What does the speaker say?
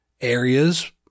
areas